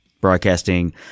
Broadcasting